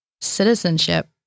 citizenship